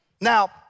now